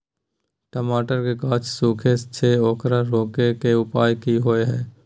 टमाटर के गाछ सूखे छै ओकरा रोके के उपाय कि होय है?